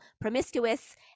promiscuous